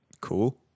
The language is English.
cool